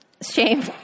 shame